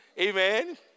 amen